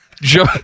Joe